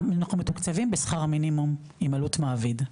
אנחנו מתוקצבים בשכר מינימום עם עלות מעביד,